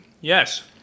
Yes